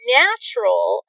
natural